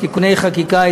(תיקוני חקיקה),